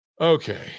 Okay